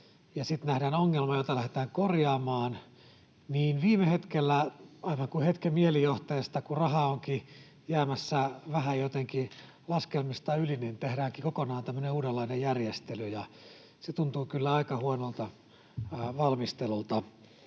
ja sitten nähdään ongelma, jota lähdetään korjaamaan, niin viime hetkellä — aivan kuin hetken mielijohteesta — kun rahaa onkin jäämässä vähän jotenkin laskelmista yli, niin tehdäänkin kokonaan tämmöinen uudenlainen järjestely. Se tuntuu kyllä aika huonolta valmistelulta.